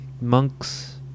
monks